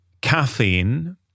caffeine